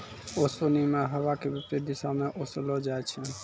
ओसोनि मे हवा के विपरीत दिशा म ओसैलो जाय छै